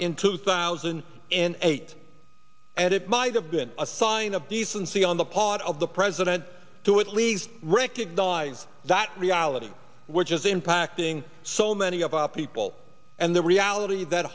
in two thousand and eight and it might have been a sign of decency on the part of the president to at least recognize that reality which is impacting so many of our people and the reality that